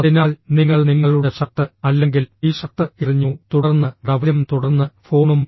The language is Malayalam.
അതിനാൽ നിങ്ങൾ നിങ്ങളുടെ ഷർട്ട് അല്ലെങ്കിൽ ടി ഷർട്ട് എറിഞ്ഞു തുടർന്ന് ടവലും തുടർന്ന് ഫോണും